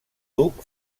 duc